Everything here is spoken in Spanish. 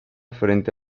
frente